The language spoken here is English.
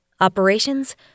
operations